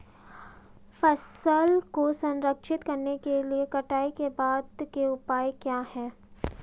फसल को संरक्षित करने के लिए कटाई के बाद के उपाय क्या हैं?